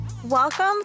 Welcome